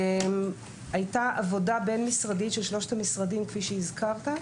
הייתה עבודה בין-משרדית של שלושת המשרדים כפי שהזכרת,